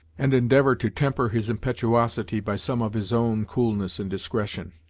and endeavour to temper his impetuosity by some of his own coolness and discretion.